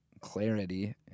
clarity